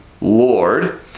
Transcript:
Lord